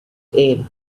aim